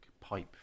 pipe